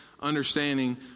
understanding